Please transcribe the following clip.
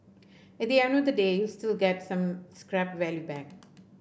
at the end of the day you'll still get some scrap value back